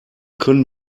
können